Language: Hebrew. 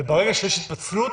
וברגע שיש התפצלות,